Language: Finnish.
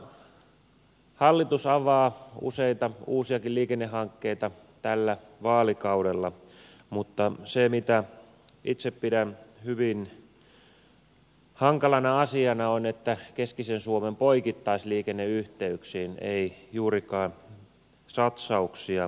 tämä hallitus avaa useita uusiakin liikennehankkeita tällä vaalikaudella mutta se mitä itse pidän hyvin hankalana asiana on että keskisen suomen poikittaisliikenneyhteyksiin ei juurikaan satsauksia tule